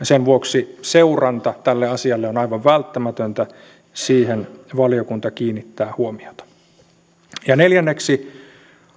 sen vuoksi seuranta tälle asialle on aivan välttämätöntä siihen valiokunta kiinnittää huomiota neljänneksi